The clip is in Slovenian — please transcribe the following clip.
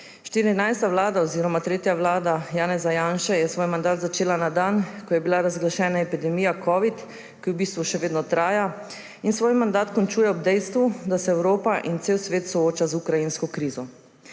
14. vlada oziroma tretja vlada Janeza Janše je svoj mandat začela na dan, ko je bila razglašena epidemija covida, ki v bistvu še vedno traja, in svoj mandat končuje ob dejstvu, da se Evropa in cel svet soočata z ukrajinsko krizo.